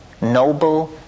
noble